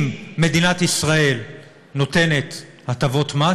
אם מדינת ישראל נותנת הטבות מס,